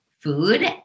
food